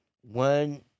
one